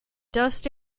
dust